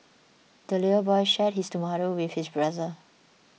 the little boy shared his tomato with his brother